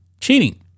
cheating